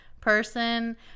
person